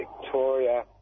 Victoria